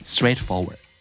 Straightforward